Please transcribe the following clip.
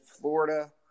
Florida